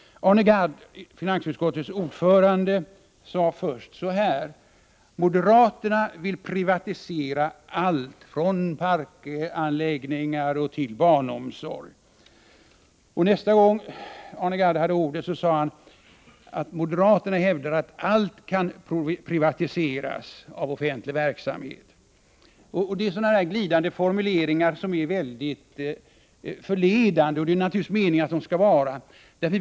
Arne Gadd, finansutskottets ordförande, sade först att moderaterna vill privatisera allt från parkanläggningar till barnomsorg. Och nästa gång Arne Gadd hade ordet sade han att moderaterna hävdar att allt kan privatiseras av offentlig verksamhet. Det är sådana glidande formuleringar som är mycket förledande, och det är naturligtvis meningen att de skall vara det.